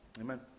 Amen